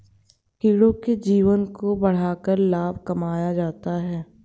कीड़ों के जीवन को बढ़ाकर लाभ कमाया जाता है